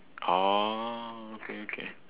oh okay okay